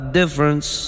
difference